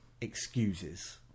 excuses